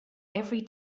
every